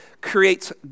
creates